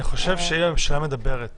אני חושב שאם הממשלה מדברת